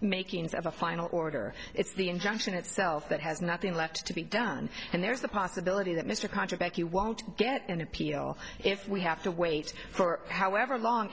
makings of a final order it's the injunction itself that has nothing left to be done and there's the possibility that mr contract he won't get an appeal if we have to wait for however long